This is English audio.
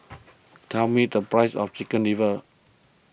tell me the price of Chicken Liver